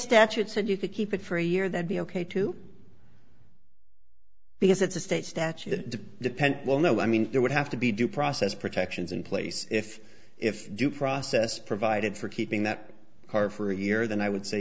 statute said you could keep it for a year that be ok too because it's a state statute to depend well no i mean there would have to be due process protections in place if if due process provided for keeping that car for a year then i would say